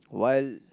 while